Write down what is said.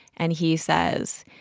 and he says,